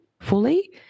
fully